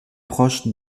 proches